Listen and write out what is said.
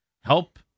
help